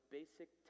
basic